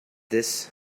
this